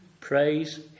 Praise